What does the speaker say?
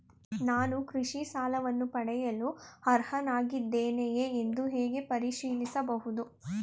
ನಾನು ಕೃಷಿ ಸಾಲವನ್ನು ಪಡೆಯಲು ಅರ್ಹನಾಗಿದ್ದೇನೆಯೇ ಎಂದು ಹೇಗೆ ಪರಿಶೀಲಿಸಬಹುದು?